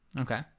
Okay